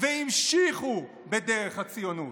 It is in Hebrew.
והמשיכו בדרך הציונות,